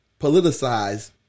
politicize